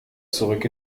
zurück